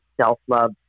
self-love